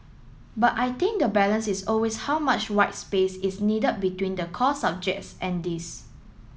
but I think the balance is always how much white space is needed between the core subjects and this